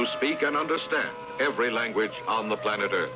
to speak and understand every language on the planet or